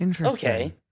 okay